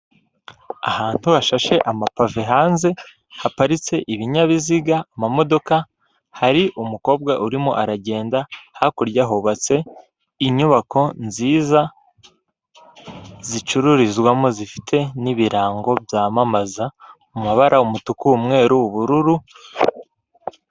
Ahantu hashashe amapave hanze haparitse ibinyabiziga, amamodoka, hari umukobwa urimo aragenda, hakurya hubatse inyubako nziza zicururizwamo, zifite n'ibirango byamamaza mu mabara umutuku, umweru, ubururu,...